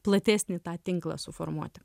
platesnį tą tinklą suformuoti